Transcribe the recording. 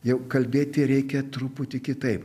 jau kalbėti reikia truputį kitaip